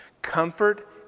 Comfort